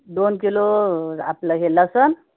दोन किलो आपलं हे लसूण